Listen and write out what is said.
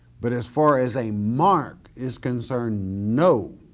but as far as a mark is concerned, no.